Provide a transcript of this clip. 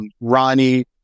Ronnie